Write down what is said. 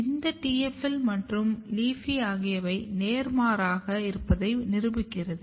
இது TFL மற்றும் LEAFY ஆகியவை நேர்மாறாக இருப்பதை நிரூபிக்கிறது